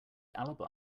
alibi